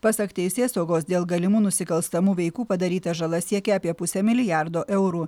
pasak teisėsaugos dėl galimų nusikalstamų veikų padaryta žala siekia apie pusę milijardo eurų